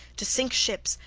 to sink ships,